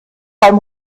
beim